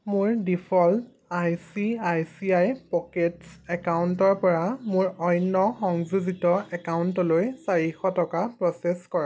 মোৰ default I C I C I pockets একাউণ্টৰপৰা মোৰ অন্য সংযোজিত একাউণ্টলৈ চাৰিশ টকা প্ৰ'চেছ কৰক